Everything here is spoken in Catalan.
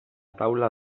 taula